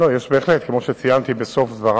לא, יש בהחלט, כמו שציינתי בסוף דברי.